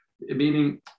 Meaning